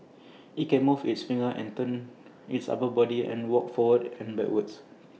IT can move its fingers and turn its upper body and walk forward and backward